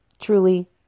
Truly